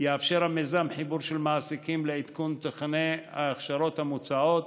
יאפשר המיזם חיבור של מעסיקים לעדכון תוכני ההכשרות המוצעות,